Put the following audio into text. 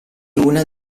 una